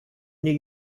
new